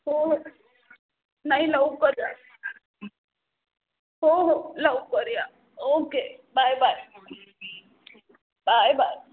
हो हो नाही लवकर या हो हो लवकर या okay bye bye bye bye